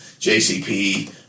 JCP